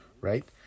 right